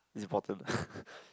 it's important